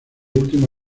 último